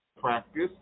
practice